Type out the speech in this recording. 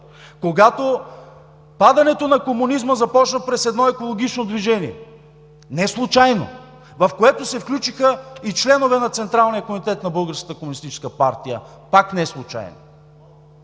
когато падането на комунизма започна през едно екологично движение – неслучайно, в което се включиха и членове на Централния комитет на Българската